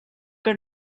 que